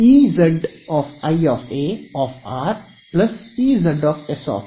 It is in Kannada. Ez i A Ez s A